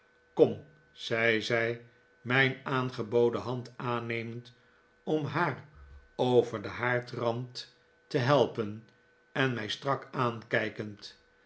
kom zei zij mijn aangeboden hand aannemend om haar over den haardrand te helpen en mij strak aankijkend